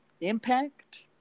Impact